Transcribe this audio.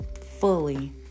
fully